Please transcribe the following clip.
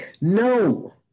No